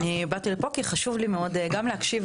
אני באתי לפה כי חשוב לי מאוד גם להקשיב,